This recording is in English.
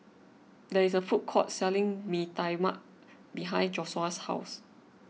there is a food court selling Mee Tai Mak behind Joshua's house